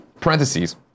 Parentheses